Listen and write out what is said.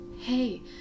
hey